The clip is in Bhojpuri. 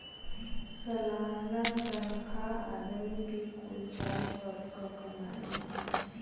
सलाना तनखा आदमी के कुल साल भर क कमाई होला